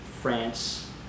France